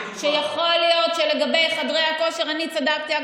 שיכול להיות שלגבי חדרי הכושר אני צדקתי.